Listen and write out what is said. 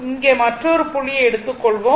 இங்கே மற்றொரு புள்ளியை எடுத்து கொள்வோம்